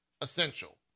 essential